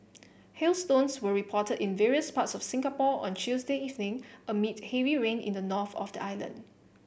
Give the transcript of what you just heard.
hailstones were reported in various parts of Singapore on Tuesday evening amid heavy rain in the north of the island